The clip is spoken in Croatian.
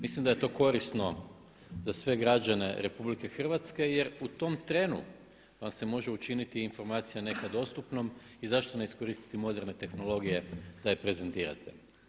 Mislim da je to korisno za sve građane Republike Hrvatske, jer u tom trenu vam se može učiniti informacija nekad dostupnom i zašto ne iskoristiti moderne tehnologije da je prezentirate.